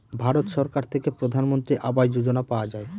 ভারত সরকার থেকে প্রধানমন্ত্রী আবাস যোজনা পাওয়া যায়